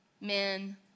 men